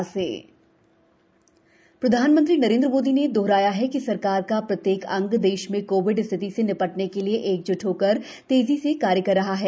PM cabinet प्रधानमंत्री नरेनुद्र मोदी ने दोहराया है कि सरकार का प्रत्येक अंग देश में कोविड स्थिति से निपटने के लिए एकजुट होकर तेजी से कार्य कर रहा है